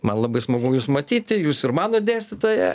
man labai smagu jus matyti jūs ir mano dėstytoja